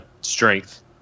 strength